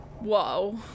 Whoa